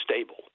stable